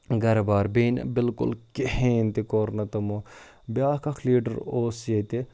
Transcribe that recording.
گَرٕ بار بیٚیہِ نہٕ بلکل کِہیٖنۍ تہِ کوٚر نہٕ تمو بیٛاکھ اَکھ لیٖڈَر اوس ییٚتہِ